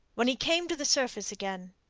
when he came to the surface again,